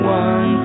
one